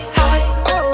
high